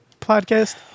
podcast